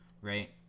right